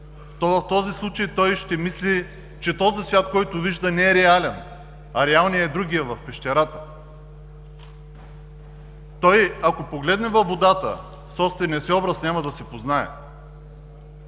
в този случай той ще мисли, че този свят, който вижда, не е реален, а реалният е другият – в пещерата. Ако погледне във водата собствения си образ, няма да се познае.